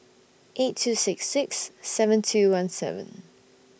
eight two six six seven two one seven